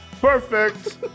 Perfect